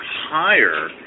higher